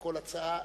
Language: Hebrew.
כל הצעה.